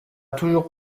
toujours